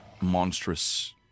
monstrous